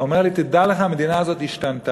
הוא אמר לי, תדע לך, המדינה הזאת השתנתה.